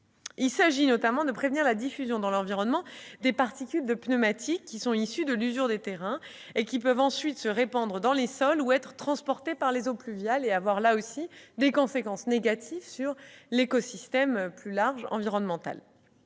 Il s'agit notamment de prévenir la diffusion dans l'environnement des particules de pneumatiques issues de l'usure des terrains, qui peuvent ensuite se répandre dans les sols ou être transportés par les eaux pluviales et avoir des effets négatifs sur les écosystèmes. Ce travail